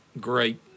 great